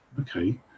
Okay